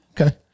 Okay